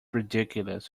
ridiculous